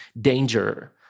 danger